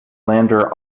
lander